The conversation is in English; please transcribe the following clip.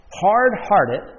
hard-hearted